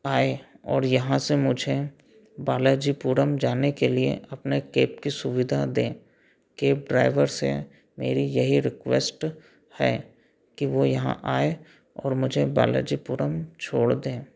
आए और यहाँ से मुझे बालाजीपुरम जाने के लिए अपने कैब की सुविधा दें कैब ड्राइवर से मेरी यही रिक्वेस्ट है कि वो यहाँ आए और मुझे बालाजीपुरम छोड़ दें